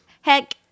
heck